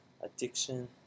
addiction